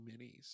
minis